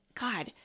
God